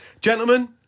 Gentlemen